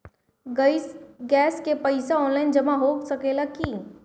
Gas के पइसा online जमा हो सकेला की?